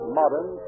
modern